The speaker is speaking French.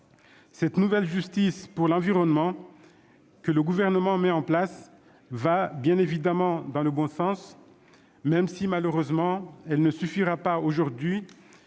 Cette nouvelle justice pour l'environnement que le Gouvernement met en place va bien évidemment dans le bon sens, même si malheureusement elle ne suffira pas aujourd'hui,